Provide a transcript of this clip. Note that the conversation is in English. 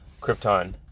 krypton